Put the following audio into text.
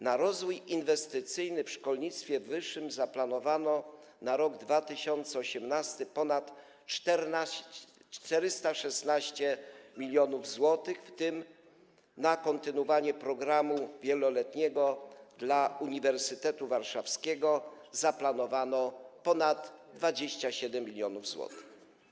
Na rozwój inwestycyjny w szkolnictwie wyższym zaplanowano na rok 2018 ponad 416 mln zł, w tym na kontynuowanie programu wieloletniego dla Uniwersytetu Warszawskiego zaplanowano ponad 27 mln zł.